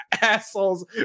assholes